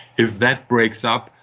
if that breaks up,